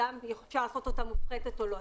אפשר לעשות אותה מופחתת או לא.